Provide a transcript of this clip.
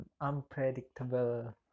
unpredictable